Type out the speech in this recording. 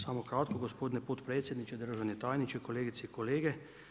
Samo kratko, gospodine potpredsjedniče, državni tajniče, kolegice i kolege.